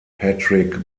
patrick